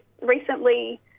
recently